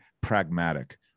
pragmatic